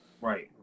Right